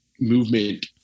movement